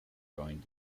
joined